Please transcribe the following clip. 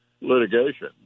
litigation